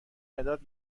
مداد